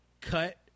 cut